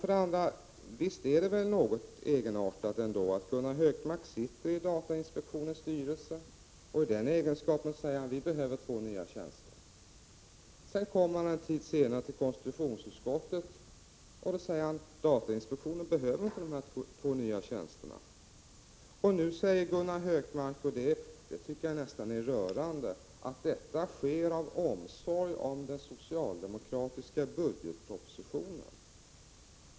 För det andra: Visst är det väl ändå något egenartat att Gunnar Hökmark sitter i datainspektionens styrelse och i den egenskapen säger: ”Vi behöver två nya tjänster” men sedan i konstitutionsutskottet säger: ”Datainspektio Prot. 1985/86:100 nen behöver inte dessa två nya tjänster.” Och nu säger Gunnar Hökmark -— 19 mars 1986 och det tycker jag nästan är rörande — att detta sker i omsorg om den socialdemokratiska budgetpropositionen.